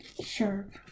Sure